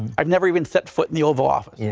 i've never even set foot in the oval office. yeah